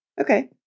okay